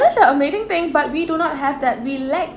that's the amazing thing but we do not have that we lack